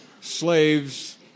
slaves